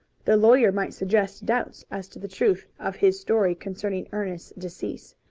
the lawyer might suggest doubts as to the truth of his story concerning ernest's decease.